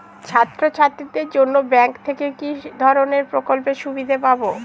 ছাত্রছাত্রীদের জন্য ব্যাঙ্ক থেকে কি ধরণের প্রকল্পের সুবিধে পাবো?